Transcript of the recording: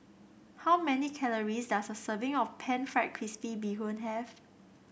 how many calories does a serving of pan fried crispy Bee Hoon have